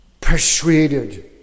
persuaded